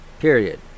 Period